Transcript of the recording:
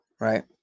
Right